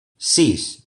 sis